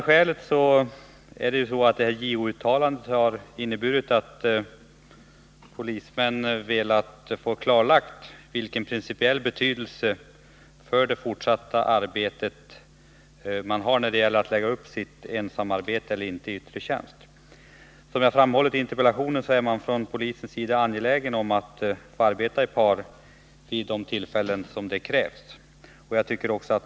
Skälet till att jag har framställt interpellationen är att polismän har velat få klarlagt vilken principiell betydelse det JO-uttalande som jag har tagit upp i interpellationen har när det gäller ensamarbete i yttre tjänst. Från polisens sida är man, som jag har framhållit i interpellationen, angelägen om att få arbeta i par vid de tillfällen då det krävs.